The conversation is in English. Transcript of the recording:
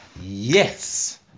yes